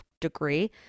degree